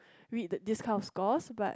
read the this kind of scores but